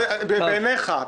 בעיניך.